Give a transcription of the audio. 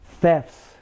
thefts